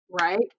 Right